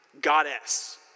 Goddess